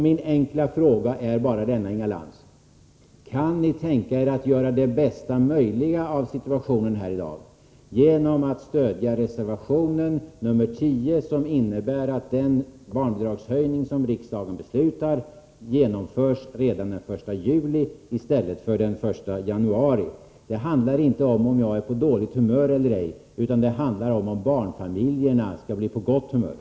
Min enkla fråga till Inga Lantz är: Kan ni tänka er att göra det bästa möjliga avsituationen här i dag genom att stödja reservationen nr 10, som innebär att den barnbidragshöjning som riksdagen beslutar genomförs redan den 1 juli i stället för den 1 januari 1985? Det handlar inte om huruvida jag är på dåligt humör eller ej, utan om att barnfamiljerna skall bli på gott humör.